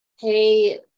hey